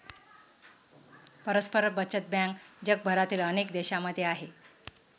परस्पर बचत बँक जगभरातील अनेक देशांमध्ये आहे